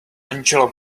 angela